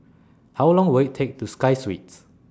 How Long Will IT Take to Walk to Sky Suites